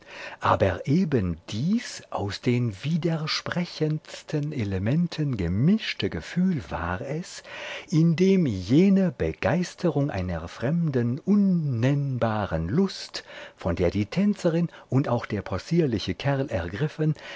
aber eben dies aus den widersprechendsten elementen gemischte gefühl war es in dem jene begeisterung einer fremden unnennbaren lust von der die tänzerin und auch der possierliche kerl ergriffen